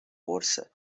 قرصه